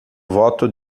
voto